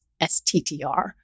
STTR